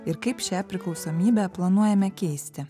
ir kaip šią priklausomybę planuojame keisti